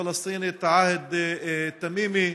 הפלסטינית עהד תמימי,